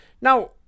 Now